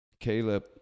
Caleb